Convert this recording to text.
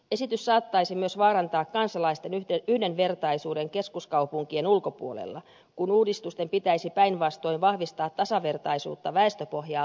esitys saattaisi myös vaarantaa kansalaisten yhdenvertaisuuden keskuskaupunkien ulkopuolella kun uudistusten pitäisi päinvastoin vahvistaa tasavertaisuutta väestöpohjaa laajentamalla